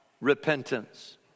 repentance